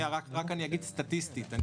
רק אגיד סטטיסטית,